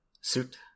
suit